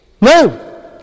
No